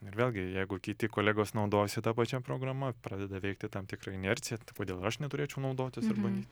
ir vėlgi jeigu kiti kolegos naudojasi ta pačia programa pradeda veikti tam tikra inercija tai kodėl aš neturėčiau nautotis ir bandyt